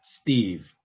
Steve